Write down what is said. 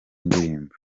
ndirimbo